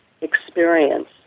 experience